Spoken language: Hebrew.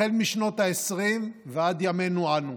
משנות העשרים ועד ימינו אנו.